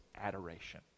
adoration